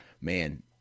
man